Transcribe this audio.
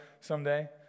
someday